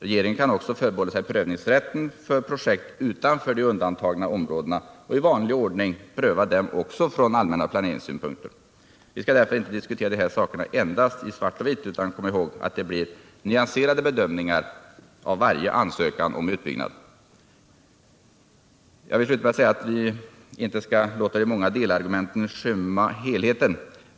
Regeringen kan också förbehålla sig prövningsrätten för projekt utanför de undantagna områdena och i vanlig ordning pröva dem även från allmänna planeringssynpunkter. Vi skall därför inte diskutera de här sakerna endast i svart och vitt utan komma ihåg att det blir nyanserade bedömningar av varje ansökan om utbyggnad. Jag vill avsluta med att säga att vi inte skall låta de många delargumenten skymma helheten.